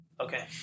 Okay